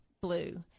blue